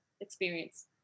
experience